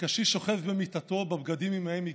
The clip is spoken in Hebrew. הקשיש שוכב במיטתו בבגדים שעימם הגיע.